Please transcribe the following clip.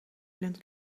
island